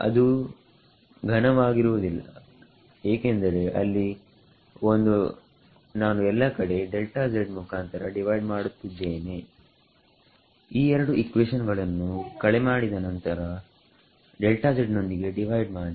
ಅದು ಘನವಾಗಿ ರುವುದಿಲ್ಲ ಏಕೆಂದರೆ ಅಲ್ಲಿ ಒಂದು ನಾನು ಎಲ್ಲ ಕಡೆ ಮುಖಾಂತರ ಡಿವೈಡ್ ಮಾಡುತ್ತಿದ್ದೇನೆ ಈ ಎರಡು ಇಕ್ವೇಷನ್ ಗಳನ್ನು ಕಳೆ ಮಾಡಿ ನಂತರ ನೊಂದಿಗೆ ಡಿವೈಡ್ ಮಾಡಿ